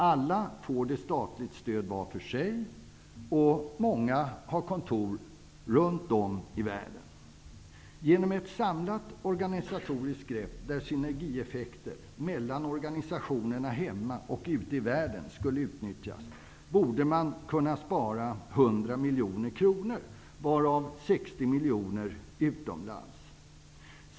Alla får statligt stöd var för sig, och många har kontor runt om i världen. Genom ett samlat organisatoriskt grepp, där synergieffekter mellan organisationerna hemma och ute i världen skulle utnyttjas, borde man kunna spara 100 miljoner kronor, varav 60 miljoner utomlands.